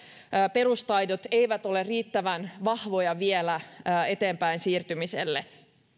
perustaidot eivät ole vielä riittävän vahvoja eteenpäin siirtymiselle